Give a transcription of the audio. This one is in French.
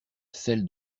sel